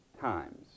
times